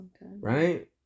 Right